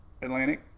Atlantic